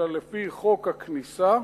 אלא לפי חוק הכניסה,